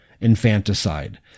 infanticide